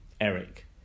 Eric